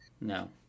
No